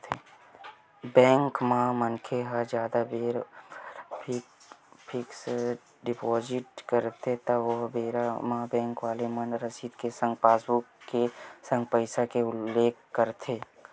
bank म मनखे ह जादा बेरा बर फिक्स डिपोजिट करथे त ओ बेरा म बेंक वाले मन रसीद के संग पासबुक के संग पइसा के उल्लेख करथे